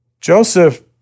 Joseph